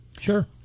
Sure